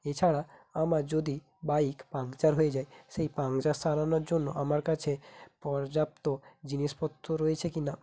এছাড়া আমার যদি বাইক পাংচার হয়ে যায় সেই পাংচার সারানোর জন্য আমার কাছে পর্যাপ্ত জিনিসপত্র রয়েছে কি না